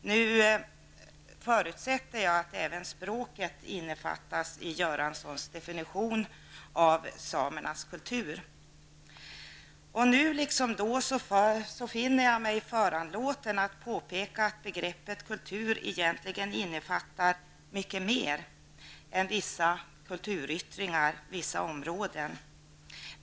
Jag förutsätter nu att även språket innefattas i Göranssons definition av samernas kultur. Nu liksom då finner jag mig föranlåten att påpeka att begreppet kultur egentligen innefattar mycket mer än vissa kulturyttringar, vissa områden.